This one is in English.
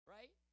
Right